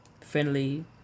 friendly